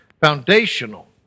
foundational